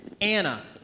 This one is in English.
Anna